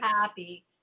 happy